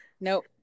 Nope